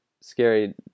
scary